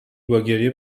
باگریه